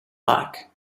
back